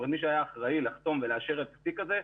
מי שהיה אחראי לחתום ולאשר את התיק הזה,